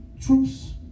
troops